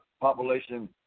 population